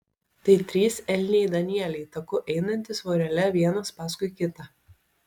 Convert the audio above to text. tai trys elniai danieliai taku einantys vorele vienas paskui kitą